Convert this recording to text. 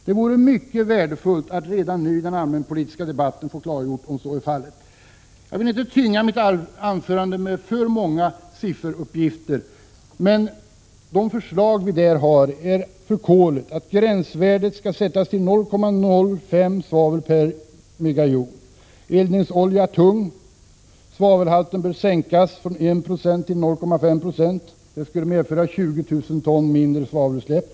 Det vore mycket värdefullt att redan nu i den allmänpolitiska debatten få klargjort om så är fallet. Jag vill inte tynga mitt anförande med för många sifferuppgifter, men det förslag vi har avseende kolet är att gränsvärdet skall sättas till 0,05 g svavel/MJ. Beträffande tung eldningsolja bör svavelhalten sänkas från 1 90 till 0,5 26, Detta skulle medföra 20 000 ton mindre svavelutsläpp.